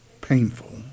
painful